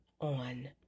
on